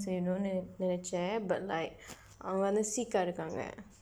செய்யணும்னு நினைச்சேன்:seyyanumnu ninnaichseen but like அவங்கள் வந்து:avangkal vandthu sick-aa இருந்தாங்க:irundthaangka